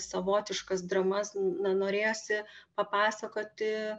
savotiškas dramas na norėjosi papasakoti